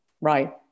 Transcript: Right